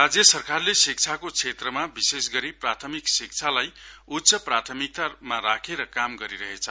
राज्य सरकारले शिक्षाको क्षेत्रमा विशेष गरि प्रथामिक शिक्षाहरुलाई ऊच्च प्रथामिकतामा राखेर काम गरि रहेछ